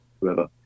whoever